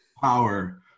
power